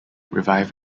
revive